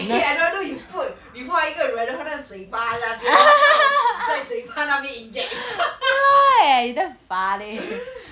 eh for example you put you put 你插一个在他嘴巴的那边 then 刚好挤在嘴巴那边 inject